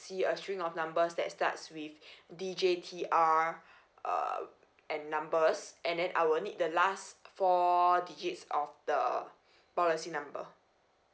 see a string of numbers that starts with D J T R uh and numbers and then I will need the last four digits of the policy number